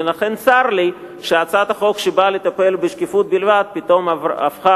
ולכן צר לי שהצעת החוק שבאה לטפל בשקיפות בלבד פתאום הפכה